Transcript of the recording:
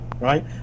right